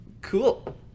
Cool